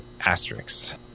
asterisks